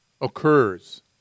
occurs